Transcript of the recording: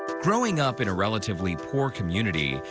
growing up in a relatively poor community,